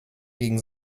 gegen